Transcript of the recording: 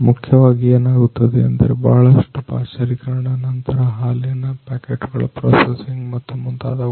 ಮುಖ್ಯವಾಗಿ ಏನಾಗುತ್ತದೆ ಎಂದರೆ ಬಹಳಷ್ಟು ಪಾಶ್ಚರೀಕರಣ ನಂತರ ಹಾಲಿನ ಪ್ಯಾಕೆಟ್ ಗಳ ಪ್ರಾಸೆಸಿಂಗ್ ಮತ್ತು ಮುಂತಾದವುಗಳು